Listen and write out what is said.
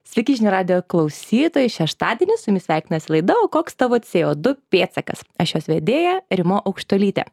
sveiki žinių radijo klausytojai šeštadienį su jumis sveikinasi laida o koks tavo codu pėdsakas aš jos vedėja rima aukštuolytė